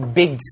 big